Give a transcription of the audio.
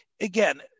Again